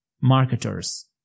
marketers